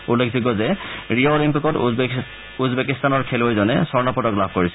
উল্লেখযোগ্য যে ৰিঅ অলিম্পিকত উজবেকিস্তানৰ খেলৱৈজনে স্বৰ্ণ পদক লাভ কৰিছিল